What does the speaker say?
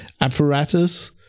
apparatus